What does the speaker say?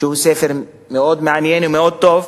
שהוא ספר מאוד מעניין ומאוד טוב,